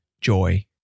joy